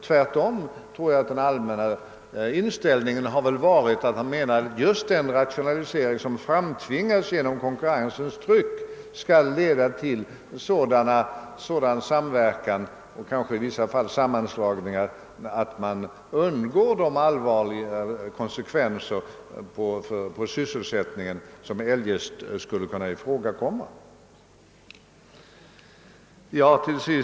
Tvärtom har väl den allmänna inställningen varit att just den rationalisering som framtvingas genom konkurrensens tryck skall leda till sådan samverkan och kanske i vissa fall sammanslagningar att man undgår de allvarliga konsekvenser för sysselsättningen som eljest skulle kunna ifrågakomma.